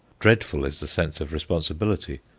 dreadful is the sense of responsibility,